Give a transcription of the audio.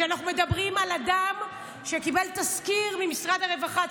אנחנו מדברים על אדם שקיבל תסקיר ממשרד הרווחה.